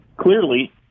clearly